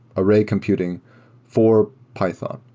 array computing for python.